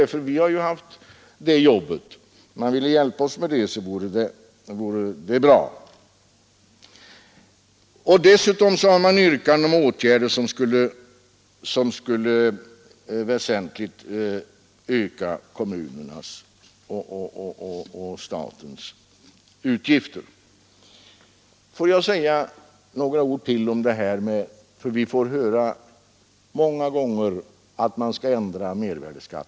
Det är vi som hittills har haft det jobbet, sade jag, och om herr Sjöholm ville hjälpa oss med det, så vore det mycket bra Dessutom har det också framställts krav på åtgärder som skulle öka entligt Men låt mig säga ännu några ord om ändringen av mervärdeskatten på livsmedel, som vi så ofta får förslag om.